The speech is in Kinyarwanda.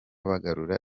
bagarura